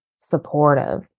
Supportive